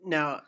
Now